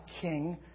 king